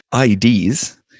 IDs